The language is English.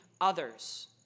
others